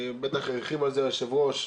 בטח הרחיב על זה היושב-ראש,